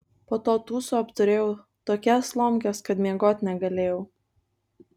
po to tūso apturėjau tokias lomkes kad miegot negalėjau